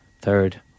third